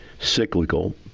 cyclical